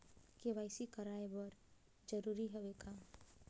KYC कराय बर जरूरी हवे का?